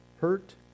hurt